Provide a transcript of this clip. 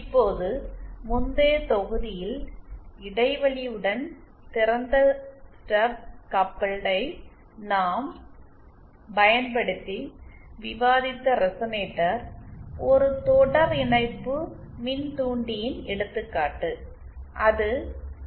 இப்போது முந்தைய தொகுதியில் இடைவெளியுடன் திறந்த ஸ்டப் கபெல்டை நாம் பயன்படுத்தி விவாதித்த ரெசனேட்டர் ஒரு தொடர் இணைப்பு மின்தூண்டியின் எடுத்துக்காட்டு